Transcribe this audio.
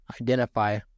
identify